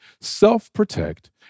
self-protect